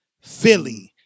Philly